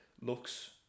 looks